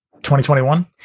2021